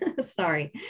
Sorry